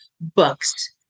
books